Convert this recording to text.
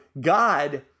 God